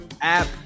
app